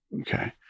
okay